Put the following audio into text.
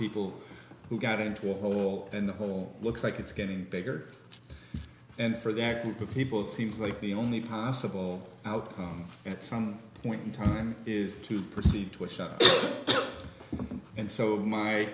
people who got into a hole in the home looks like it's getting bigger and for their group of people it seems like the only possible outcome at some point in time is to proceed to a shop and so